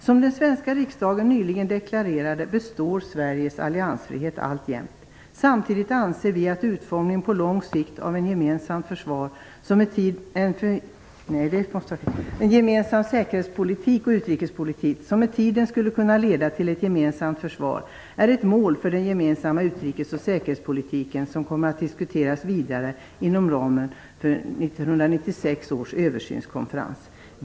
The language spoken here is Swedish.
Som den svenska riksdagen nyligen deklarerade består Sveriges alliansfrihet alltjämt. Samtidigt inser vi att utformningen på långt sikt av en gemensam säkerhets och utrikespolitik, som med tiden skulle kunna leda till ett gemensamt försvar, är ett mål för den gemensamma utrikes och säkerhetspolitiken. Detta kommer att diskuteras vidare inom ramen för 1996 års översynskonferens.